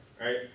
Right